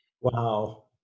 Wow